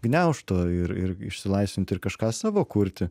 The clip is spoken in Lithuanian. gniaužto ir ir išsilaisvinti ir kažką savo kurti